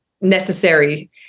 necessary